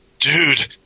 Dude